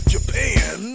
Japan